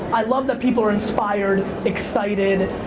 i love that people are inspired, excited,